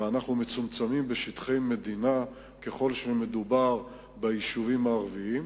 ואנחנו מצומצמים בשטחי מדינה ככל שמדובר ביישובים הערביים.